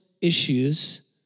issues